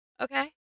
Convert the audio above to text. okay